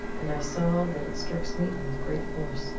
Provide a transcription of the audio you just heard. and i saw that it struck smeaton with great force.